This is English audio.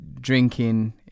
drinking